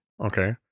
Okay